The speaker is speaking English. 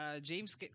james